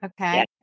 Okay